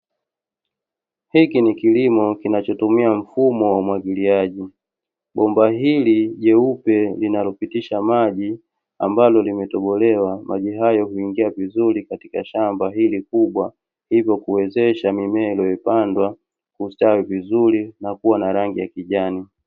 Hiki ni kilimo kinachotumiya mfumo wa umwagiliaji. Bomba hili jeupe linalopitisha maji ambalo limetobolewa maji hayo huingiya vizuri katika shamba hili kubwa hivyo kuwezesha mimea iliyopandwa kustawi vizuri na kuwa na rangi ya kijani.